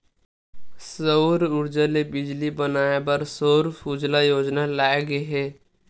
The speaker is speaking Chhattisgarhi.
सउर उरजा ले बिजली बनाए बर सउर सूजला योजना लाए गे हे